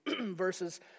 verses